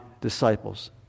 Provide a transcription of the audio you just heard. disciples